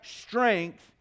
strength